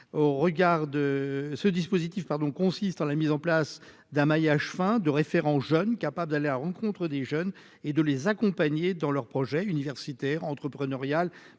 ce dispositif, pardon, consiste en la mise en place d'un maillage fin de référent jeune capable d'aller à rencontre des jeunes et de les accompagner dans leurs projets universitaires mais